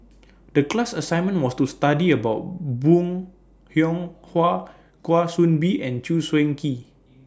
The class assignment was to study about Bong Hiong Hwa Kwa Soon Bee and Chew Swee Kee